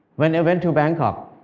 when i went to bangkok,